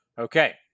Okay